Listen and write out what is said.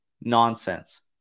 Nonsense